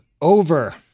over